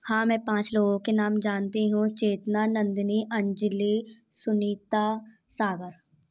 हाँ मैं पाँच लोगों के नाम जानती हूँ चेतना नंदनी अंजिली सुनीता सागर